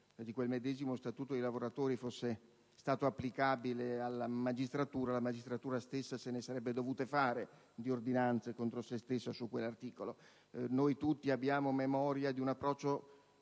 di quel medesimo Statuto dei lavoratori fosse stato applicabile alla magistratura, la magistratura stessa se ne sarebbe dovuta fare, di ordinanze contro se stessa, su quell'articolo! Noi tutti abbiamo memoria di un approccio